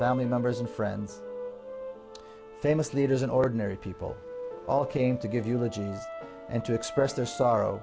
family members and friends famous leaders and ordinary people all came to give eulogies and to express their sorrow